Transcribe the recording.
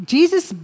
Jesus